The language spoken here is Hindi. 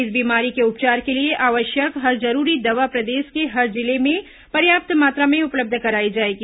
इस बीमारी के उपचार के लिए आवश्यक हर जरूरी दवा प्रदेश के हर जिले में पर्याप्त मात्रा में उपलब्ध कराई जाएगी